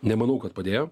nemanau kad padėjo